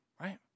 right